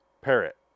Parrot